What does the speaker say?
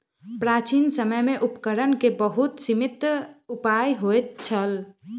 प्राचीन समय में उपकरण के बहुत सीमित उपाय होइत छल